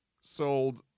sold